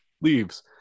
Leaves